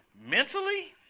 Mentally